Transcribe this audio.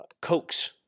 coax